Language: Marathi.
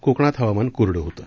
कोकणात हवामान कोरडं होतं